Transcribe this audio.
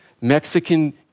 Mexican